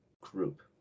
group